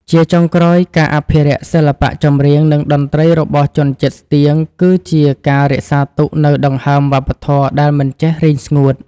ជាចុងក្រោយ ការអភិរក្សសិល្បៈចម្រៀង និងតន្ត្រីរបស់ជនជាតិស្ទៀង គឺជាការរក្សាទុកនូវដង្ហើមវប្បធម៌ដែលមិនចេះរីងស្ងួត។